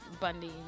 Bundy